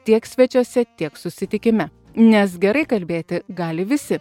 tiek svečiuose tiek susitikime nes gerai kalbėti gali visi